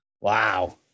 Wow